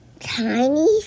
Tiny